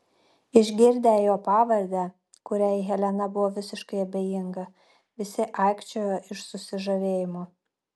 išgirdę jo pavardę kuriai helena buvo visiškai abejinga visi aikčiojo iš susižavėjimo